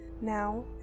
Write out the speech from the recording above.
Now